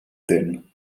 denn